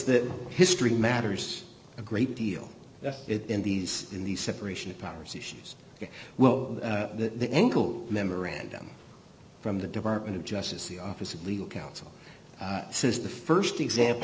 that history matters a great deal in these in the separation of powers issues well that the engle memorandum from the department of justice the office of legal counsel this is the st example